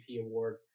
award